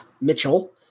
Mitchell